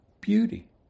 beauty